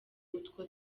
utwo